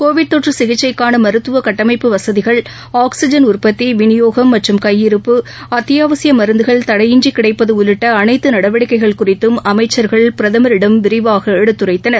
Covid தொற்றுசிகிச்சைக்கானமருத்துவகட்டமைப்பு வசதிகள் oxygen உற்பத்தி விநியோகம் மற்றும் கையிருப்பு அத்தியாவசியப் மருந்துகள் தடையின்றி கிடைப்பதுஉள்ளிட்டஅனைத்துநடவடிக்கைகள் குறித்தும் அமைச்சர்கள் பிரதமரிடம் விரிவாகஎடுத்துரைத்தனர்